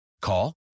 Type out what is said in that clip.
Call